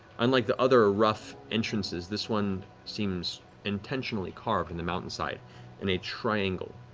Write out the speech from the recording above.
unlike the other ah rough entrances, this one seems intentionally carved in the mountainside in a triangle.